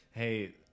Hey